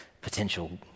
potential